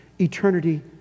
eternity